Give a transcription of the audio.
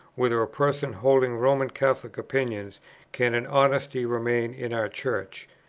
whether a person holding roman catholic opinions can in honesty remain in our church.